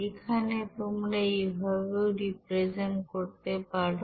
এখানে তোমরা এই ভাবেও রিপ্রেজেন্ট করতে পারো